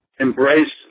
embraced